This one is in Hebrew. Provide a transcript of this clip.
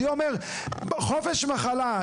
אני אומר חופש מחלה.